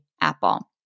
Apple